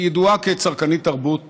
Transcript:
היא ידועה כצרכנית תרבות